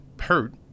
hurt